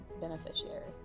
beneficiary